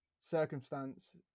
circumstance